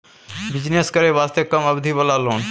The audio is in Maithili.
बिजनेस करे वास्ते कम अवधि वाला लोन?